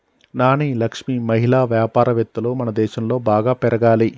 నాని లక్ష్మి మహిళా వ్యాపారవేత్తలు మనదేశంలో బాగా పెరగాలి